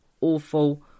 awful